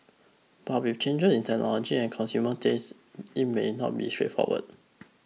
but with changes in technology and consumer tastes it may not be straightforward